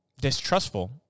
distrustful